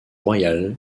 royal